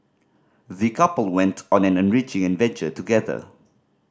the couple went on an enriching adventure together